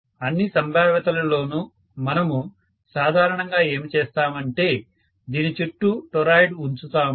అన్ని సంభావ్యతలలోనూ మనము సాధారణంగా ఏమి చేస్తామంటే దీని చుట్టూ టొరాయిడ్ ఉంచుతాము